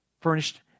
furnished